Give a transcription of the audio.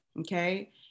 okay